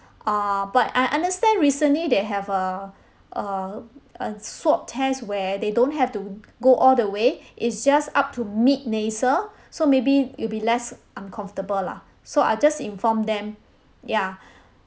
err but I understand recently they have a a a swab test where they don't have to go all the way it's just up to mid nasal so maybe it'll be less uncomfortable lah so I just inform them ya